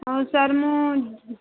ହଉ ସାର୍ ମୁଁ